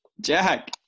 Jack